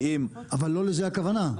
אבל לא לזה הכוונה.